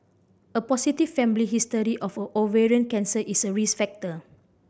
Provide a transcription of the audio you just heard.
a positive family history of ovarian cancer is a risk factor